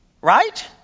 Right